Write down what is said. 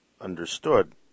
understood